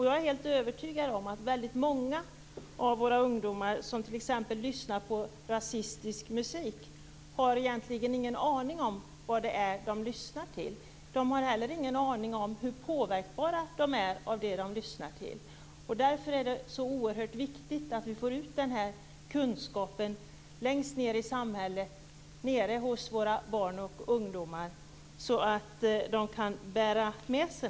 Jag är övertygad om att många av våra ungdomar som t.ex. lyssnar på rasistisk musik egentligen inte har en aning om vad de lyssnar till. De har heller ingen aning om hur de påverkas av det de lyssnar till. Därför är det så oerhört viktigt att vi får ut den här kunskapen längst ned i samhället, till våra barn och ungdomar så att de kan bära den med sig.